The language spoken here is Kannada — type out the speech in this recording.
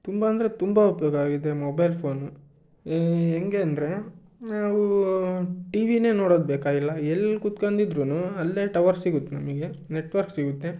ತುಂಬ ಅಂದರೆ ತುಂಬ ಉಪಯೋಗ ಆಗಿದೆ ಮೊಬೈಲ್ ಫೋನು ಹೆಂಗೆ ಅಂದರೆ ನಾವು ಟಿ ವಿನೇ ನೋಡೋದು ಬೇಕಾಗಿಲ್ಲ ಎಲ್ಲಿ ಕುತ್ಕಂಡಿದ್ರು ಅಲ್ಲೇ ಟವರ್ ಸಿಗುತ್ತೆ ನಮಗೆ ನೆಟ್ವರ್ಕ್ ಸಿಗುತ್ತೆ